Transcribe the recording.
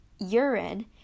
urine